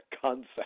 concept